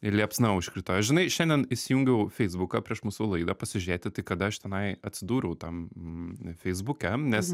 ir liepsna užkrito žinai šiandien įsijungiau feisbuką prieš mūsų laidą pasižiūrėti kada aš tenai atsidūriau tam feisbuke nes